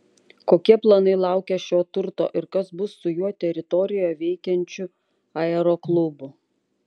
kokie planai laukia šio turto ir kas bus su jo teritorijoje veikiančiu aeroklubu